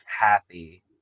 happy